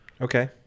Okay